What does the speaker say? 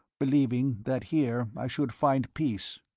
believing that here i should find peace.